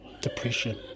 depression